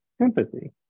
empathy